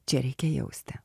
čia reikia jausti